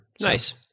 Nice